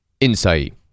insight